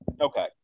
Okay